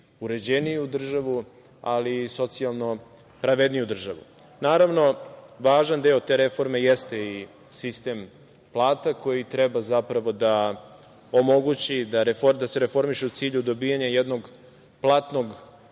uređeniju državu, ali i socijalno pravedniju državu. Naravno važan deo te reforme jeste i sistem plata koji treba da omogući da se reformiše u cilju dobijanja jednog platnog